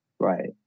right